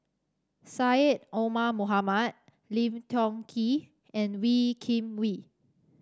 Syed Omar Mohamed Lim Tiong Ghee and Wee Kim Wee